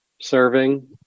serving